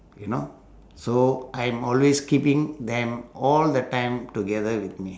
you know so I'm always keeping them all the time together with me